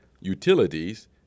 utilities